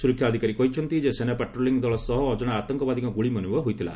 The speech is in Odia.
ସୁରକ୍ଷା ଅଧିକାରୀ କହିଛନ୍ତି ଯେ ସେନା ପାଟ୍ରୋଲିଂ ଦଳ ସହ ଅଜଣା ଆତଙ୍କବାଦୀଙ୍କ ଗୁଳିବିନିମୟ ହୋଇଥିଲା